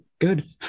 good